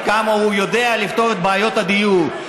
עד כמה הוא יודע לפתור את בעיות הדיור.